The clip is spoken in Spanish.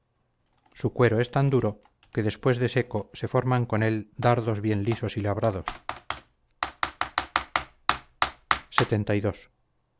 su cuero es tan duro que después de seco se forman con él dardos bien lisos y labrados lxxii